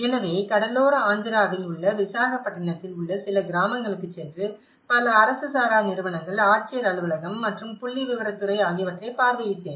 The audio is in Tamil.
எனவே கடலோர ஆந்திராவில் உள்ள விசாகப்பட்டினத்தில் உள்ள சில கிராமங்களுக்குச் சென்று பல அரசு சாரா நிறுவனங்கள் ஆட்சியர் அலுவலகம் மற்றும் புள்ளிவிவரத் துறை ஆகியவற்றை பார்வையிட்டேன்